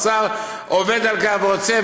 השר עובד על כך ועושה,